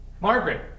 Margaret